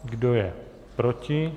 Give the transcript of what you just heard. Kdo je proti?